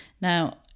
now